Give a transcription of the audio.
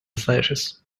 slashes